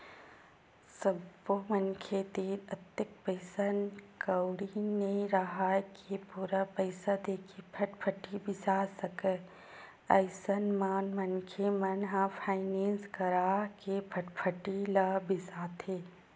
सब्बो मनखे तीर अतेक पइसा कउड़ी नइ राहय के पूरा पइसा देके फटफटी बिसा सकय अइसन म मनखे मन ह फायनेंस करा के फटफटी ल बिसाथे